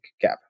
gap